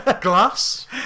Glass